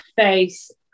face